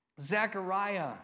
Zechariah